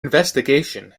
investigation